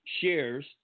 shares